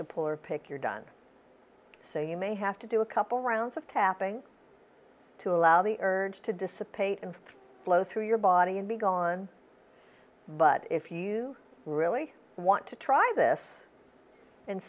to pull or pick you're done so you may have to do a couple rounds of tapping to allow the urge to dissipate and flow through your body and be gone but if you really want to try this and